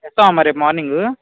వస్తావు అమ్మా రేపు మార్నింగ్